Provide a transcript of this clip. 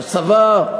בצבא,